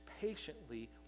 patiently